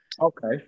okay